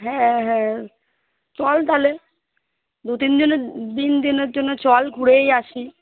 হ্যাঁ হ্যাঁ চল তাহলে দু তিন জনের দিন তিনের জন্য চল ঘুরেই আসি